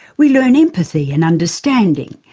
we learn empathy and understanding.